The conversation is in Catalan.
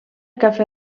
cafè